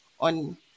on